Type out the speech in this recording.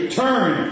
turn